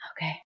okay